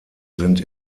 sind